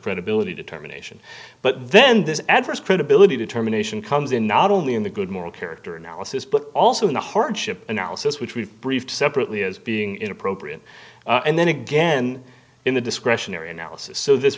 credibility determination but then this adverse credibility determination comes in not only in the good moral character analysis but also in the hardship analysis which we've briefed separately as being inappropriate and then again in the discretionary analysis so this